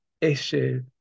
issue